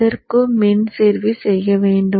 இதற்கும் மின் சேர்வி செய்ய வேண்டும்